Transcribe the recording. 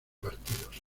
partidos